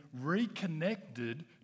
reconnected